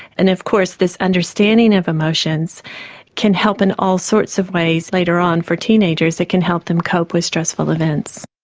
and of course this understanding of emotions can help in all sorts of ways later on for teenagers it can help them cope with stressful events.